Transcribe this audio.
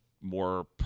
more